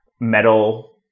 metal